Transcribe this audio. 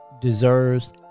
Deserves